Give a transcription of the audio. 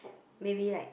maybe like